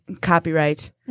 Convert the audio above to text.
copyright